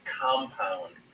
compound